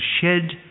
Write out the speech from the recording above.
shed